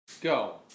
go